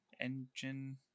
engine